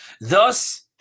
Thus